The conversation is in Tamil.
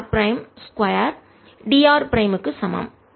r prime 2 d r prime க்கு சமம்